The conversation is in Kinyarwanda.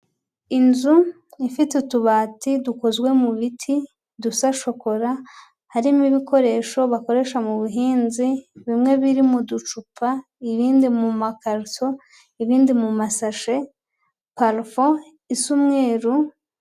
Inzu ifite utubati dukozwe mu biti dusa shokora, harimo ibikoresho bakoresha mu buhinzi bimwe birimo mu ducupa, irindi mu makariso, ibindi mu masashe, parafo isa umweruru.